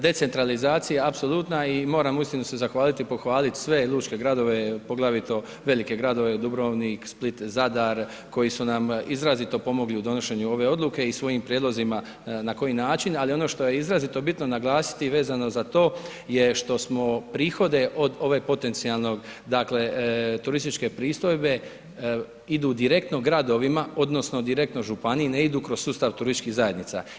Decentralizacija apsolutna i moram uistinu se zahvaliti i pohvaliti sve lučke gradove, poglavito velike gradove, Dubrovnik, Split, Zadar, koji su nam izrazito pomogli u donošenju ove odluke i svojim prijedlozima na koji način, ali ono što je izrazito bitno naglasiti vezano za to je što smo prihode od ove potencijalno turističke pristojbe idu direktno gradovima, odnosno direktno županiji, ne idu kroz sustav turističkih zajednica.